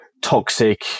toxic